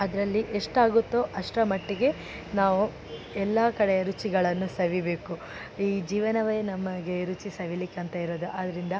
ಅದರಲ್ಲಿ ಎಷ್ಟಾಗುತ್ತೊ ಅಷ್ಟರ ಮಟ್ಟಿಗೆ ನಾವು ಎಲ್ಲ ಕಡೆಯ ರುಚಿಗಳನ್ನು ಸವಿಬೇಕು ಈ ಜೀವನವೇ ನಮಗೆ ರುಚಿ ಸವಿಯಲಿಕ್ಕೆ ಅಂತ ಇರೋದು ಆದ್ದರಿಂದ